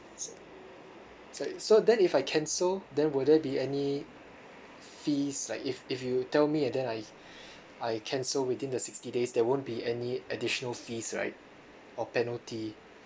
s~ sorry so then if I cancel then would there be any fees like if if you tell me and then I I cancel within the sixty days there won't be any additional fees right or penalty